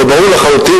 הלוא ברור לחלוטין,